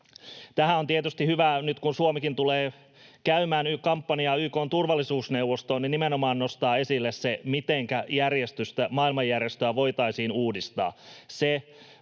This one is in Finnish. Tähän on tietysti hyvä nyt, kun Suomikin tulee käymään kampanjaa YK:n turvallisuusneuvostoon, nimenomaan nostaa esille se, mitenkä maailmanjärjestöä voitaisiin uudistaa.